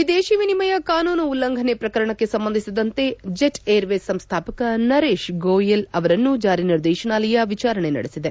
ವಿದೇಶಿ ವಿನಿಮಯ ಕಾನೂನು ಉಲ್ಲಂಘನೆ ಪ್ರಕರಣಕ್ಕೆ ಸಂಬಂಧಿಸಿದಂತೆ ಜೆಟ್ ಏರ್ವೇಸ್ ಸಂಸ್ಥಾಪಕ ನರೇಶ್ ಗೋಯಲ್ ಅವರನ್ನು ಜಾರಿನಿರ್ದೇಶನಾಲಯ ವಿಚಾರಣೆ ನಡೆಸಿದೆ